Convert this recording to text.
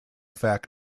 fact